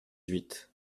huit